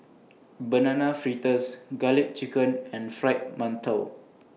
Banana Fritters Garlic Chicken and Fried mantou